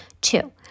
Two